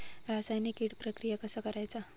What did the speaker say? रासायनिक कीड प्रक्रिया कसा करायचा?